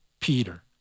Peter